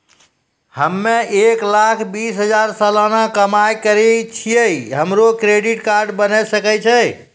हम्मय एक लाख बीस हजार सलाना कमाई करे छियै, हमरो क्रेडिट कार्ड बने सकय छै?